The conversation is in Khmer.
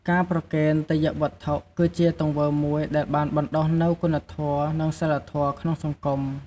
ការប្រគេនទេយ្យវត្ថុ គឺជាទង្វើមួយដែលបានបណ្ដុះនូវ គុណធម៌ និងសីលធម៌ ក្នុងសង្គម។